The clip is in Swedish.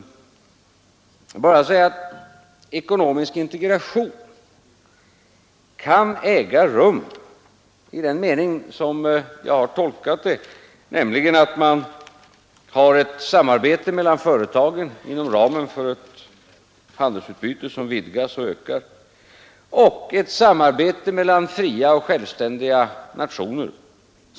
Jag vill bara säga att ekonomisk integration kan också i andra samarbetsformer äga rum i den mening som jag tidigare har angivit, nämligen på det sättet att man har ett samarbete mellan företagen inom ramen för ett handelsutbyte som vidgas och ökas i ett samarbete mellan fria och självständiga nationer.